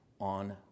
on